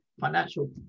financial